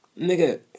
Nigga